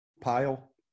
pile